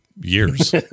years